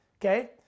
Okay